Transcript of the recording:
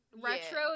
retro